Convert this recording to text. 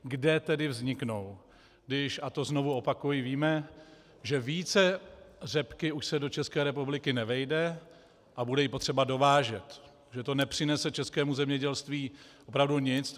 Kde tedy vzniknou, když, a to znovu opakuji, víme, že více řepky už se do ČR nevejde a bude ji potřeba dovážet a že to nepřinese českému zemědělství opravdu nic.